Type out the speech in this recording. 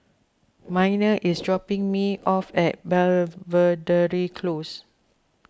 Minor is dropping me off at Belvedere Close